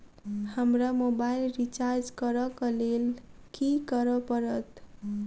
हमरा mobile recharge करऽ केँ लेल की करऽ पड़त?